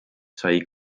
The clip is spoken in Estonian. sai